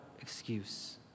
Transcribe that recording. excuse